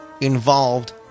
involved